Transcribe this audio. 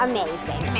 Amazing